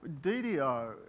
DDO